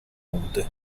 punte